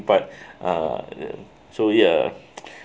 but uh so ya